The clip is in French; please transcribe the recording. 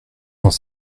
dans